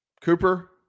Cooper